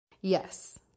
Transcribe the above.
Yes